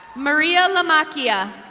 maria lamackia.